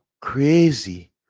crazy